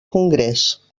congrés